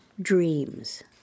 dreams